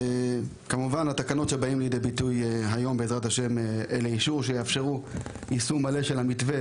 התקנות שבאות לאישור יאפשרו יישום מלא של המתווה